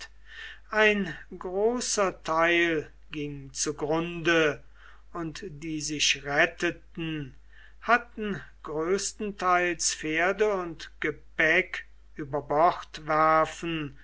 ein großer teil ging zugrunde und die sich retteten hatten größtenteils pferde und gepäck über bord werfen